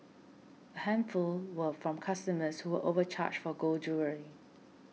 a handful were from customers who were overcharged for gold jewellery